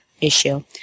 issue